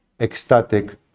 ecstatic